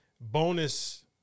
bonus